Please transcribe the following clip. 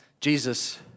Jesus